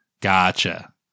Gotcha